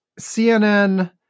CNN